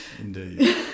Indeed